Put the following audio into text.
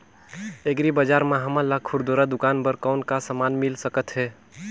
Agri बजार म हमन ला खुरदुरा दुकान बर कौन का समान मिल सकत हे?